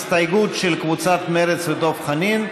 הסתייגות של קבוצת מרצ ודב חנין,